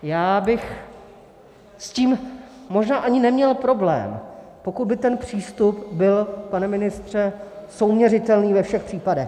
Já bych s tím možná ani neměl problém, pokud by ten přístup byl, pane ministře, souměřitelný ve všech případech.